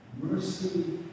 mercy